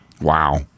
Wow